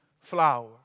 flower